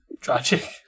Tragic